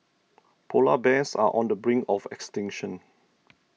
Polar Bears are on the brink of extinction